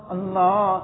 Allah